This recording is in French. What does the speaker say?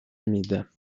humides